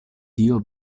tio